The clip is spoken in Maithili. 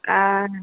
कान